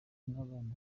n’abana